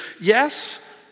yes